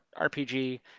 RPG